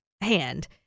hand